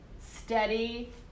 steady